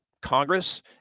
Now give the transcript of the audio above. Congress